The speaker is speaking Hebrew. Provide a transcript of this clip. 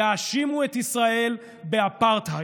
יאשימו את ישראל באפרטהייד,